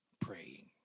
praying